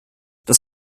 das